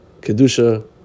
kedusha